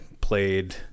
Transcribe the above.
played